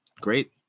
Great